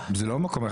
זה לא ממקום אחד.